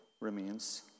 remains